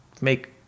Make